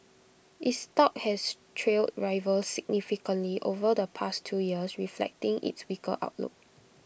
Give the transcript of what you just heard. its stock has trailed rivals significantly over the past two years reflecting its weaker outlook